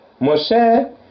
Moshe